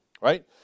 right